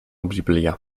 biblia